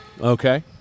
Okay